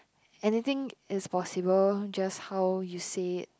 anything is possible just how you say it